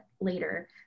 later